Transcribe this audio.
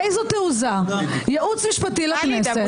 באיזו תעוזה ייעוץ משפטי לכנסת --- טלי,